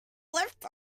left